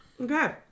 Okay